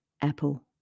apple